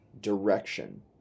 direction